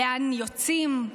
לאן יוצאים,